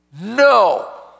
no